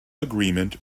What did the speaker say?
agreement